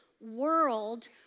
world